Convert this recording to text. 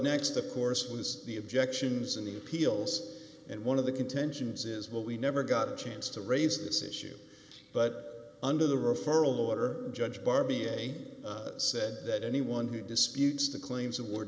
next of course was the objections in the appeals and one of the contentions is what we never got a chance to raise this issue but under the referral order judge bar b a said that anyone who disputes the claims